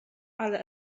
ale